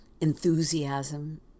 enthusiasm